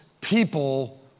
people